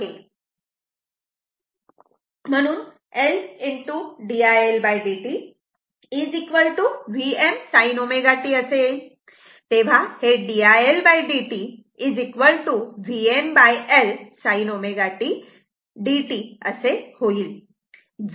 म्हणून L d iLdt Vm sin ω t असे येईल तेव्हा हे d iL dt VmL sin ω t dt असे होईल